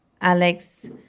Alex